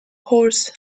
horse